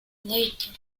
later